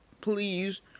please